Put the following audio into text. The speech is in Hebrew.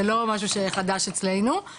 זה לא משהו שחדש אצלנו.